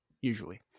usually